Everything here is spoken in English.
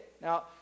Now